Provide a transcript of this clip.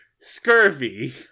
Scurvy